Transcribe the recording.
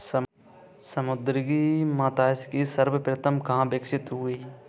समुद्री मत्स्यिकी सर्वप्रथम कहां विकसित हुई?